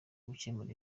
gukemura